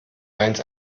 mainz